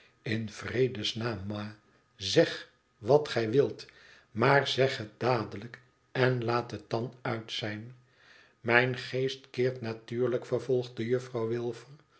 in vredes naam ma zeg wat gij wilt maar zeg het dadelijk en laat het dan uit zijn tmijn geest keert natuurlijk vervolgde juffrouw